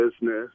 business